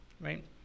Right